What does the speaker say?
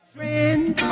friend